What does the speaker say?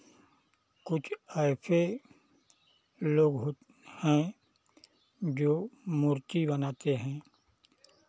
कुछ ऐसे लोग हैं जो मूर्ति बनाते हैं